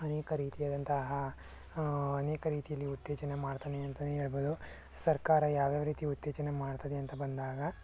ಅನೇಕ ರೀತಿಯಾದಂತಹ ಅನೇಕ ರೀತಿಯಲ್ಲಿ ಉತ್ತೇಜನೆ ಮಾಡ್ತಾನೆ ಅಂತಲೇ ಹೇಳ್ಬೋದು ಸರ್ಕಾರ ಯಾವ್ಯಾವ ರೀತಿ ಉತ್ತೇಜನ ಮಾಡ್ತದೆ ಅಂತ ಬಂದಾಗ